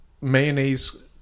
mayonnaise